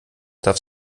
darf